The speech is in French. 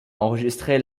enregistré